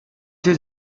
did